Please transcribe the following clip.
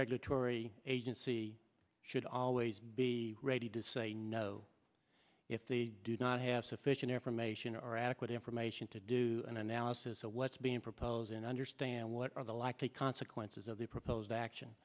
regulatory agency should always be ready to say no if they do not have sufficient information or adequate information to do an analysis of what's being proposed and understand what are the likely consequences of the proposed action